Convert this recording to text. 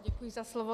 Děkuji za slovo.